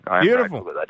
Beautiful